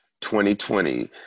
2020